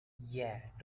yeah